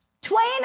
Twain